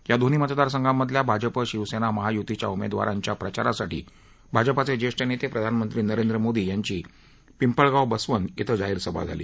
या दोन्ही मतदार संघांमधल्या भाजपा शिवसेना महायुतीच्या उमेदवारांच्या प्रचारासाठी भाजपाचे ज्येष्ठ नेते प्रधानमंत्री नरेंद्र मोदी यांची पिंपळगाव बसवंत इथं जाहीर सभा झाली